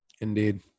Indeed